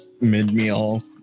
mid-meal